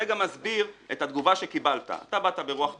זה גם מסביר את התגובה שקיבלת, אתה באת ברוח טובה,